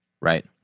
right